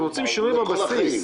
אנחנו רוצים שינוי בבסיס.